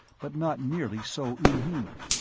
but not nearly so inhuman.